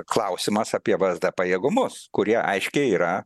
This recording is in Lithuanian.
klausimas apie vsd pajėgumus kurie aiškiai yra